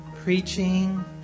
preaching